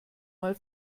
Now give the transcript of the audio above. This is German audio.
mal